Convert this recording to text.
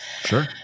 Sure